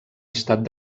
estat